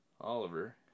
Oliver